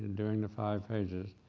doing the five pages.